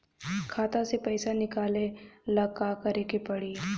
खाता से पैसा निकाले ला का करे के पड़ी?